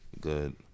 good